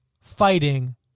fighting